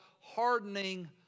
hardening